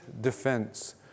defense